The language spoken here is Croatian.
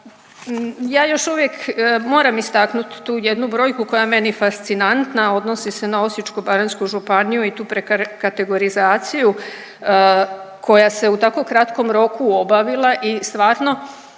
Ja još uvijek moram istaknuti tu jednu brojku koja je meni fascinantna, a odnosi se na Osječko-baranjsku županiju i tu prekategorizaciju koja se u tako kratkom roku obavila i stvarno